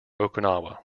okinawa